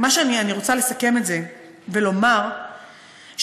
אני רוצה לסכם את זה ולומר שבאמת,